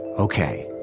ok,